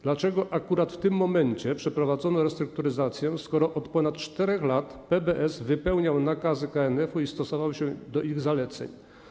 Dlaczego akurat w tym momencie przeprowadzono restrukturyzację, skoro od ponad 4 lat PBS wypełniał nakazy KNF i stosował się do jej zaleceń?